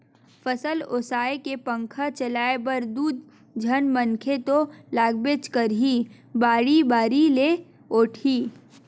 फसल ओसाए के पंखा चलाए बर दू झन मनखे तो लागबेच करही, बाड़ी बारी ले ओटही